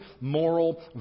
moral